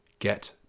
Get